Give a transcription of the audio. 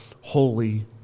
holy